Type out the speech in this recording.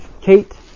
Kate